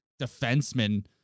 defenseman